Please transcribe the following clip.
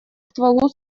стволу